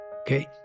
Okay